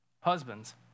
Husbands